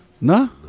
No